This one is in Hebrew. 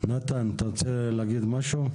נתן בביוף, בבקשה.